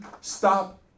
stop